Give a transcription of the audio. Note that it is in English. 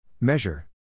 Measure